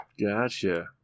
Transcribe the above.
Gotcha